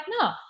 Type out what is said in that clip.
no